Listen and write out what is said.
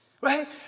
Right